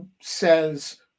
says